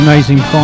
Amazing